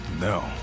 No